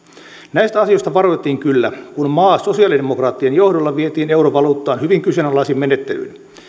näistä asioista varoitettiin kyllä kun maa sosialidemokraattien johdolla vietiin eurovaluuttaan hyvin kyseenalaisin menettelyin